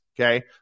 Okay